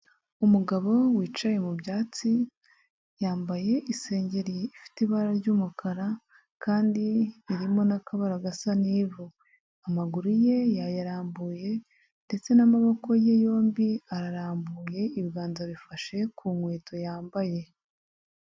Umugabo wicaye mu byatsi yambaye isengeri ifite ibara ry'umukara kandi irimo n'akabara gasa n'ivu, amaguru ye yayarambuye ndetse n'amaboko ye yombi ararambuye, ibiganza bifashe ku nkweto yambaye.